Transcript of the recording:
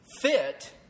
fit